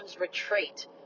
retreat